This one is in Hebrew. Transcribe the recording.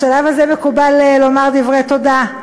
בשלב הזה מקובל לומר דברי תודה,